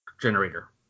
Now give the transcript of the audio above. generator